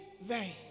vain